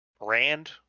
Rand